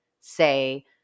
say